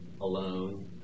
alone